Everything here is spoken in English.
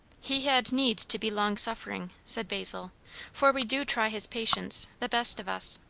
he had need to be long-suffering! said basil for we do try his patience, the best of us.